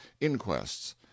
inquests